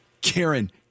karen